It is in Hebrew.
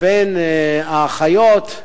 בין האחיות,